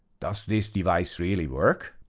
does this device really work?